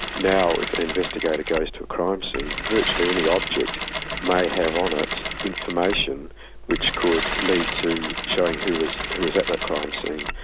now if an investigator goes to a crime scene, virtually any object may have on it information which could lead to showing who was who was at that crime scene.